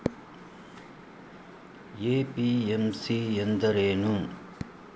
MPMC ಎಂದರೇನು?